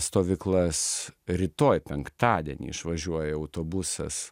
stovyklas rytoj penktadienį išvažiuoja autobusas